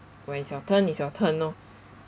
when it's your turn it's your turn loh